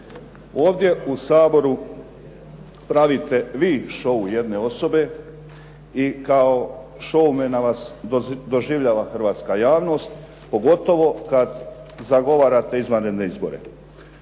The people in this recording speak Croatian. Ovdje u Saboru vi pravite show jedne osobe i kao shoumena vas doživljava hrvatska javnost, pogotovo kada zagovarate izvanredne izbore.